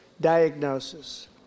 diagnosis